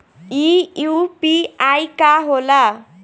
ई यू.पी.आई का होला?